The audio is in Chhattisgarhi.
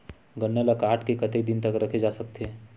गन्ना ल काट के कतेक दिन तक रखे जा सकथे?